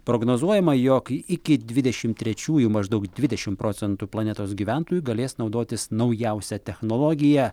prognozuojama jog iki dvidešim trečiųjų maždaug dvidešim procentų planetos gyventojų galės naudotis naujausia technologija